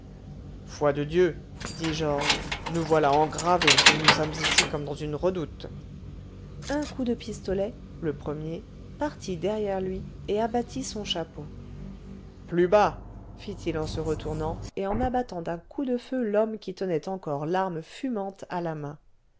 foi de dieu dit georges nous voilà engravés mais nous sommes ici comme dans une redoute un coup de pistolet le premier partit derrière lui et abattit son chapeau plus bas fit-il en se retournant et en abattant d'un coup de feu l'homme qui tenait encore l'arme fumante à la main